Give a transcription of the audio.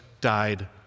died